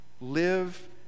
live